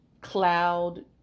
cloud